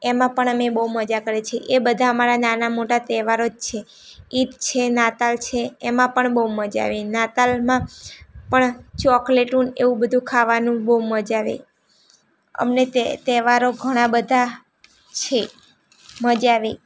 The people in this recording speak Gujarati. એમાં પણ અમે બહુ મજા કરીએ છીએ એ બધા અમારા નાના મોટા તહેવારો જ છે ઇદ છે નાતાલ છે એમાં પણ બહુ મજા આવે નાતાલમાં પણ ચોકલેટો અને એવું બધું ખાવાનું બહુ મજા આવે અમને તહેવારો ઘણા બધા છે મજા આવે